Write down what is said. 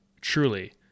truly